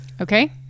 Okay